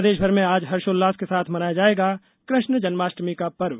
प्रदेश भर में आज हर्षोल्लास के साथ मनाया जायेगा कृष्ण जन्माष्टमी पर्व